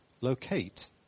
locate